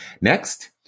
next